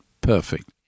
perfect